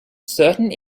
certain